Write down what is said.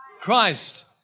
Christ